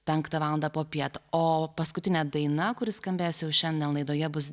penktą valandą popiet o paskutinė daina kuri skambės jau šiandien laidoje bus